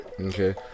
okay